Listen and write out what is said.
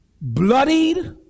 bloodied